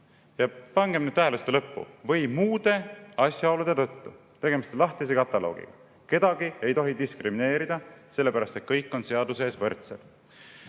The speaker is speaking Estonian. Pangem nüüd tähele lõppu: "või muude asjaolude tõttu". Tegemist on lahtise kataloogiga. Kedagi ei tohi diskrimineerida, sellepärast et kõik on seaduse ees võrdsed.